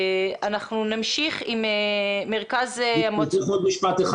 עוד משפט אחד.